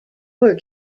were